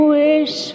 wish